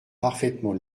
parfaitement